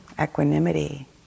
equanimity